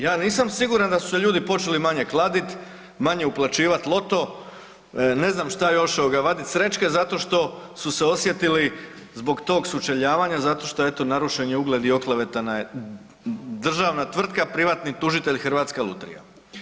Ja nisam siguran da su se ljudi počeli manje kladit, manje uplaćivat loto, ne znam šta još, vadit srećke zato što se osjetili zbog tog sučeljavanja zato što je eto narušen je ugled i oklevetana je državna tvrtka privatni tužitelj Hrvatska lutrija.